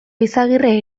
eizagirre